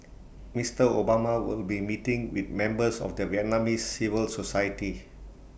Mister Obama will be meeting with members of the Vietnamese civil society